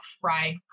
fried